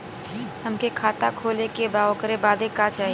हमके खाता खोले के बा ओकरे बादे का चाही?